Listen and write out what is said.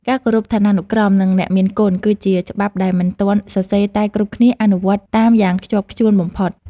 ការគោរពឋានានុក្រមនិងអ្នកមានគុណ គឺជាច្បាប់ដែលមិនទាន់សរសេរតែគ្រប់គ្នាអនុវត្តតាមយ៉ាងខ្ជាប់ខ្ជួនបំផុត។